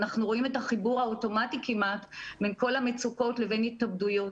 אנחנו רואים את החיבור האוטומטי כמעט בין כל המצוקות לבין התאבדויות.